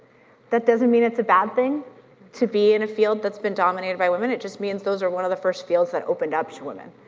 that doesn't mean that's a bad thing to be in a field that's been dominated by women, it just means those are one of the first fields that opened up to women.